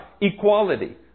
equality